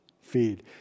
feed